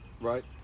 right